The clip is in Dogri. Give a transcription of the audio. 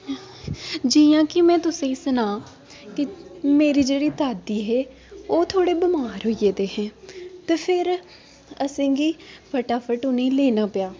जियां कि में तुसेंगी सनां कि मेरी जेह्ड़ी दादी हे ओह् थोह्ड़े बमार होई गेदे हे ते फिर असेंगी फटाफट उ'नें गी लेना पेआ